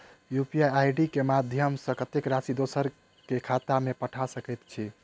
UPI केँ माध्यम सँ हम कत्तेक राशि दोसर केँ खाता मे पठा सकैत छी?